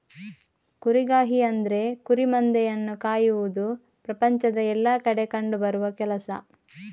ಕುರಿಗಾಹಿ ಅಂದ್ರೆ ಕುರಿ ಮಂದೆಯನ್ನ ಕಾಯುವುದು ಪ್ರಪಂಚದ ಎಲ್ಲಾ ಕಡೆ ಕಂಡು ಬರುವ ಕೆಲಸ